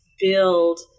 build